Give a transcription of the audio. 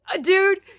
Dude